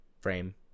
Frame